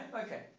Okay